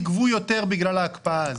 כמה תגבו יותר בגלל ההקפאה הזאת?